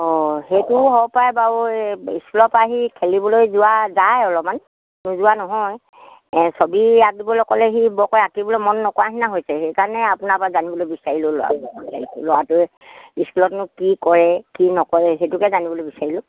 অঁ সেইটোও হ'ব পাৰে বাৰু এই স্কুলৰ পৰা আহি খেলিবলৈ যোৱা যায় অলপমান নোযোৱা নহয় ছবি আঁকিবলৈ ক'লে সি বৰকৈ আঁকিবলৈ মন নকৰা নিচিনা হৈছে সেইকাৰণে আপোনাৰ পৰা জানিবলৈ বিচাৰিলোঁ ল'ৰাটোৱে স্কুলতনো কি কৰে কি নকৰে সেইটোকে জানিবলৈ বিচাৰিলোঁ